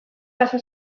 pasa